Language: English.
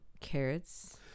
carrots